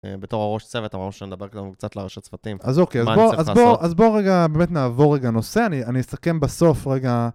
בתור הראש צוות אמרו שאני אדבר קצת לרשת שפתים אז אוקיי אז בוא רגע נעבור רגע נושא אני אסכם בסוף רגע.